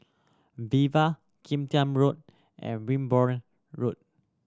Viva Kim Tian Road and Wimborne Road